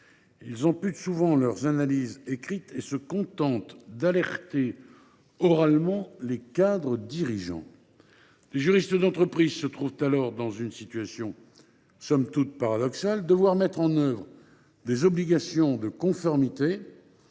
Ils amputent souvent leurs analyses écrites et se contentent d’alerter oralement les cadres dirigeants. Les juristes d’entreprise se trouvent dès lors dans une situation somme toute paradoxale : ils doivent mettre en œuvre des obligations de conformité